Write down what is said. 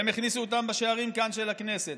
הם הכניסו אותם בשערים כאן של הכנסת,